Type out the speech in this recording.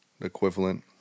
equivalent